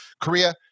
Korea